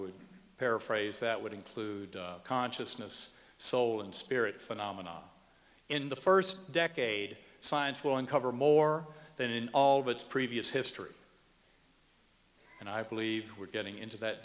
would paraphrase that would include consciousness soul and spirit phenomena in the first decade science will uncover more than in all of its previous history and i believe we're getting into that